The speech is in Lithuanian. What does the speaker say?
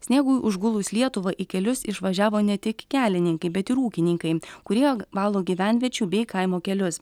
sniegui užgulus lietuvą į kelius išvažiavo ne tik kelininkai bet ir ūkininkai kurie valo gyvenviečių bei kaimo kelius